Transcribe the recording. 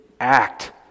act